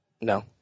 No